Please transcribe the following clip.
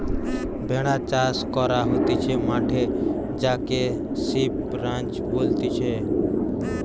ভেড়া চাষ করা হতিছে মাঠে যাকে সিপ রাঞ্চ বলতিছে